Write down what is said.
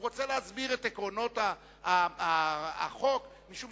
הוא רוצה להסביר את עקרונות החוק משום